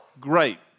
great